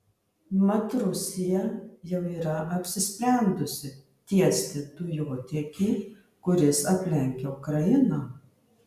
mat rusija jau yra apsisprendusi tiesti dujotiekį kuris aplenkia ukrainą